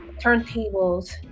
turntables